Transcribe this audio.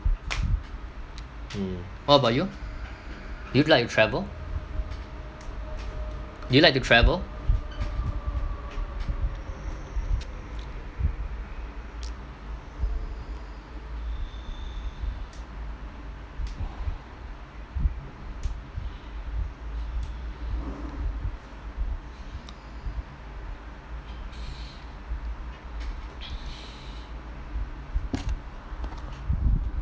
mm what about you do you like to travel do you like to travel